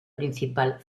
principal